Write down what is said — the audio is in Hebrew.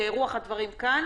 את רוח הדברים כאן